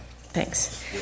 Thanks